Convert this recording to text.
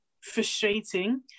frustrating